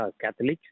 Catholics